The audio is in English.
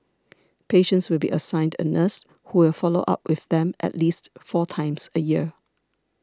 patients will be assigned a nurse who will follow up with them at least four times a year